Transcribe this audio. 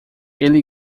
ele